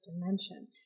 dimension